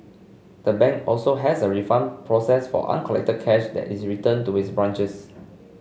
the bank also has a refund process for uncollected cash that is returned to its branches